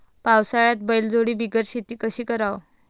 पावसाळ्यात बैलजोडी बिगर शेती कशी कराव?